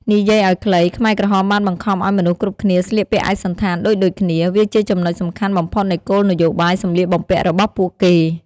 និយាយឲ្យខ្លី ខ្មែរក្រហមបានបង្ខំឲ្យមនុស្សគ្រប់គ្នាស្លៀកពាក់ឯកសណ្ឋានដូចៗគ្នា វាជាចំណុចសំខាន់បំផុតនៃគោលនយោបាយសម្លៀកបំពាក់របស់ពួកគេ។